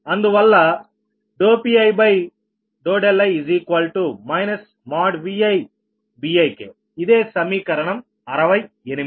అందువల్ల Pii ViBikఇదే సమీకరణం 68